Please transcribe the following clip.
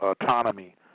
autonomy